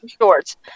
shorts